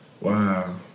Wow